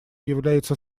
является